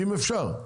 אם אפשר.